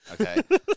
Okay